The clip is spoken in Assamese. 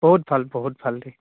বহুত ভাল বহুত ভাল দেই